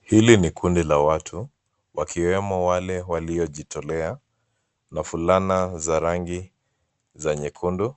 Hili ni kundi la watu wakiwemo wale waliojitolea na fulana za rangi za nyekundu